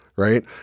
right